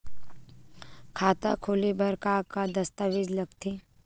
खाता खोले बर का का दस्तावेज लगथे?